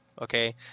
okay